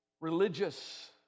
religious